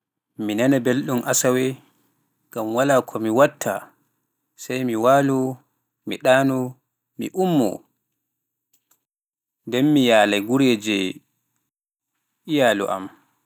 Mi nana belɗum Asawe, ngam walaa ko mi watta, sey mi waaloo, mi ɗaanoo, mi ummoo, nden mi yaalay gureeji iyaalu am.